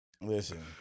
Listen